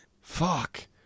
fuck